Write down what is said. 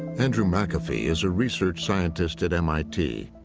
andrew mcafee is a research scientist at m i t.